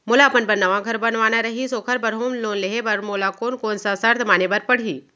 मोला अपन बर नवा घर बनवाना रहिस ओखर बर होम लोन लेहे बर मोला कोन कोन सा शर्त माने बर पड़ही?